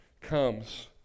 comes